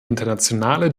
internationale